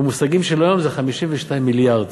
במושגים שלנו זה 52 מיליארד.